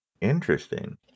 Interesting